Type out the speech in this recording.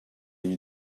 you